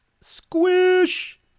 Squish